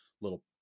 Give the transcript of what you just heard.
little